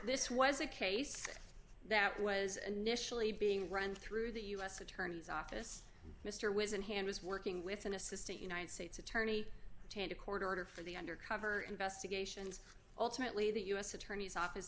this was a case that was initially being run through the u s attorney's office mr was in hand was working with an assistant united states attorney to taint a court order for the undercover investigations ultimately the u s attorney's office